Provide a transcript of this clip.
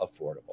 affordable